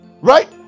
Right